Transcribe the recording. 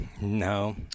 No